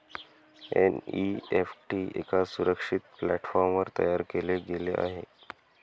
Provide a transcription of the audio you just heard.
NEFT एका सुरक्षित प्लॅटफॉर्मवर तयार केले गेले आहे